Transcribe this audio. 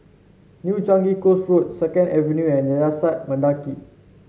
New Changi Coast Road Second Avenue and Yayasan Mendaki